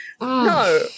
No